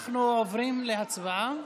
אנחנו עוברים להצבעה.